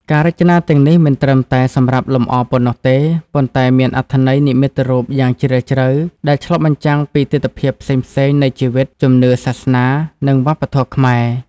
ការរចនាទាំងនេះមិនត្រឹមតែសម្រាប់លម្អប៉ុណ្ណោះទេ ប៉ុន្តែមានអត្ថន័យនិមិត្តរូបយ៉ាងជ្រាលជ្រៅ ដែលឆ្លុះបញ្ចាំងពីទិដ្ឋភាពផ្សេងៗនៃជីវិត ជំនឿសាសនា និងវប្បធម៌ខ្មែរ។